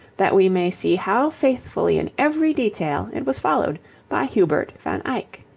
that we may see how faithfully in every detail it was followed by hubert van eyck.